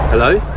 Hello